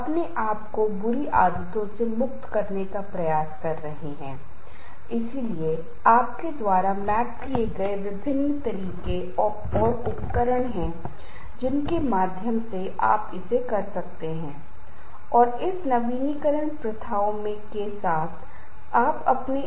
तनाव को बांधने में इन्हें मूर्त समर्थन कहा जाता है यदि आप समुदाय से मूर्त समर्थन प्राप्त कर सकते हैं या आप दैनिक कठिनाइयों या प्रतिकूल स्थिति से निपटने के लिए सूचनात्मक समर्थन प्राप्त करते हैं या आप अपने करीब रिश्तेदार से भावनात्मक सहारा सहानुभूति और देखभाल प्राप्त करते हैं